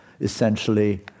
essentially